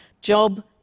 Job